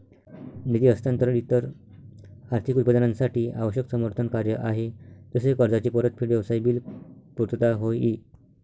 निधी हस्तांतरण इतर आर्थिक उत्पादनांसाठी आवश्यक समर्थन कार्य आहे जसे कर्जाची परतफेड, व्यवसाय बिल पुर्तता होय ई